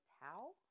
towel